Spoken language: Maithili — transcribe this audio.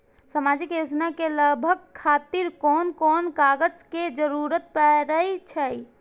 सामाजिक योजना के लाभक खातिर कोन कोन कागज के जरुरत परै छै?